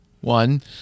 one